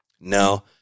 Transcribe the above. no